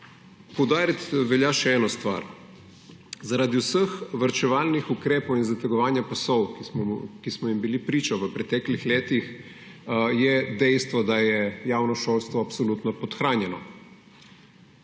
Poudariti velja še eno stvar. Zaradi vseh varčevalnih ukrepov in zategovanja pasov, ki smo mu bili priče v preteklih letih, je dejstvo, da je javno šolstvo absolutno podhranjeno.